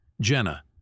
Jenna